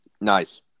Nice